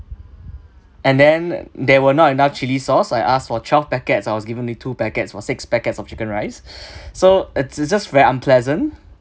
and then there were not enough chilli sauce I asked for twelve packets I was given only two packets for six packets of chicken rice so it's it's just very unpleasant